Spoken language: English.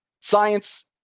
Science